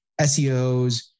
SEOs